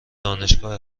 دانشگاه